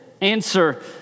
answer